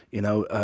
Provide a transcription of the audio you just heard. you know,